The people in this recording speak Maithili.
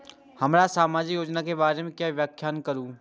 हमरा सामाजिक योजना के बारे में व्याख्या करु?